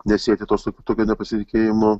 nesieti to su tokia nepasitikėjimo